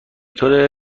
طور